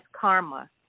karma